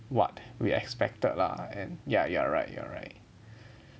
what we expected lah and yeah you're right you're right